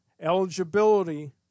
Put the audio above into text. eligibility